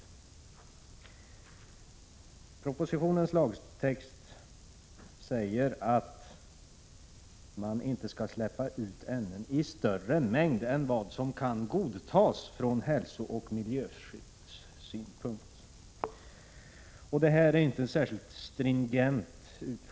I propositionens lagtext sägs att man inte får släppa ut ämnen ”i större mängd än vad som kan godtas från hälsooch miljöskyddssynpunkt”. Den utformningen är inte särskilt stringent.